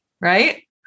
right